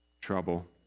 Trouble